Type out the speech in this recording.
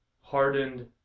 hardened